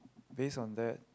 base on that